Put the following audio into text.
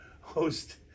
host